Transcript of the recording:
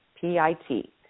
P-I-T